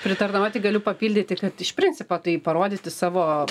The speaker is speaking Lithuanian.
pritardama tik galiu papildyti kad iš principo tai parodyti savo